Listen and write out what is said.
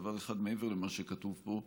דבר אחד מעבר למה שכתוב פה.